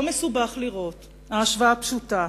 לא מסובך לראות, ההשוואה פשוטה,